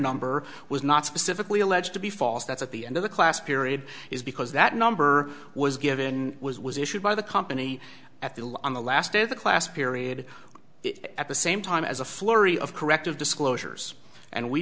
number was not specifically alleged to be false that's at the end the class period is because that number was given was was issued by the company at the on the last day of the class period epa same time as a flurry of corrective disclosures and we